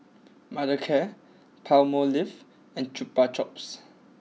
Mothercare Palmolive and Chupa Chups